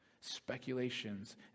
Speculations